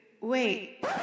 Wait